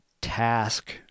task